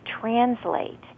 translate